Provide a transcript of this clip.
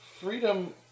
freedom